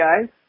guys